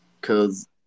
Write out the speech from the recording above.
Cause